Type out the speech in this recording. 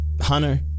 Hunter